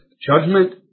Judgment